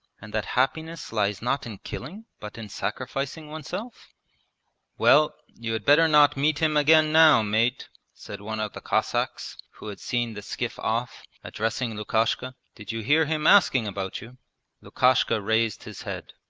and that happiness lies not in killing, but in sacrificing oneself well, you had better not meet him again now, mate said one of the cossacks who had seen the skiff off, addressing lukashka. did you hear him asking about you lukashka raised his head.